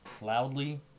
loudly